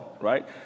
right